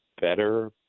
better